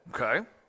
Okay